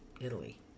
Italy